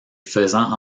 faisant